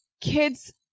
kids